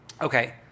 Okay